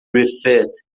refit